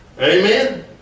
Amen